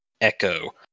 echo